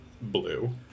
Blue